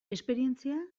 esperientzia